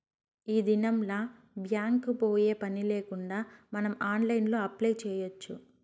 ఈ దినంల్ల బ్యాంక్ కి పోయే పనిలేకుండా మనం ఆన్లైన్లో అప్లై చేయచ్చు